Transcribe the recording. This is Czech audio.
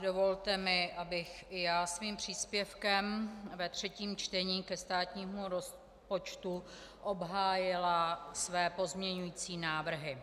Dovolte mi, abych i já svým příspěvkem ve třetím čtení ke státnímu rozpočtu obhájila své pozměňující návrhy.